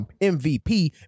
MVP